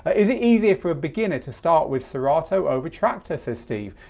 is it easier for a beginner to start with serato over traktor says steve?